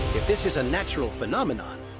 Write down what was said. if this is a natural phenomenon,